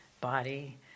body